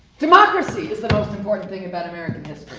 democracy is the most important thing about american